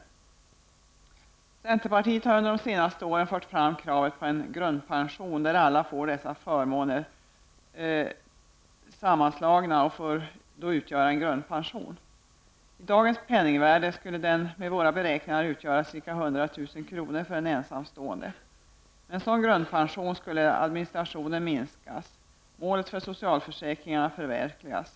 Vi i centerpartiet har under de senaste åren fört fram kravet på en grundpension, innebärande att alla dessa förmåner slås samman och får utgöra en grundpension. I dagens penningvärde skulle den enligt våra beräkningar utgöra ca 100 000 kr. för en ensamstående. Med en sådan grundpension skulle administrationen minskas och målet för socialförsäkringarna kunna uppnås.